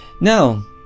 now